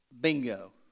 Bingo